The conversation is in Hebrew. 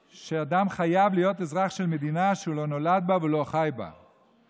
שאדם חייב להיות אזרח של מדינה שהוא לא נולד בה והוא לא חי בה בכפייה,